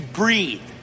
breathe